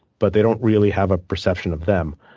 but they don't really have a perception of them.